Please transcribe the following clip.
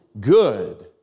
good